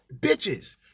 bitches